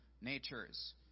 natures